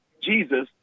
Jesus